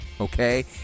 okay